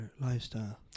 lifestyle